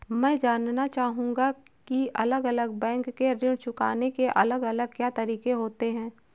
मैं जानना चाहूंगा की अलग अलग बैंक के ऋण चुकाने के अलग अलग क्या तरीके होते हैं?